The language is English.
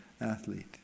athlete